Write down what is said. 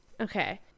Okay